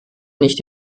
nicht